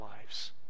lives